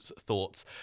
thoughts